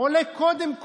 עולה קודם.